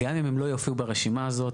גם אם הם לא יופיעו ברשימה הזאת.